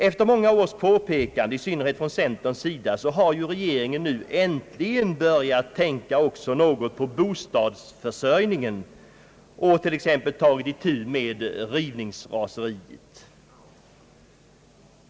Efter många års påpekanden i synnerhet från centerns sida har regeringen nu äntligen börjat tänka också något på bostadsförsörjningen och t.ex. tagit itu med rivningsraseriet.